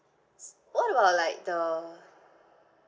what about like the